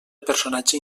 personatge